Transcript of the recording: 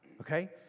okay